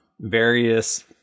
various